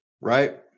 right